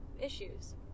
issues